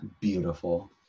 Beautiful